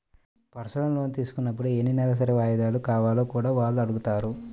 personal loan తీసుకున్నప్పుడు ఎన్ని నెలసరి వాయిదాలు కావాలో కూడా వాళ్ళు అడుగుతారు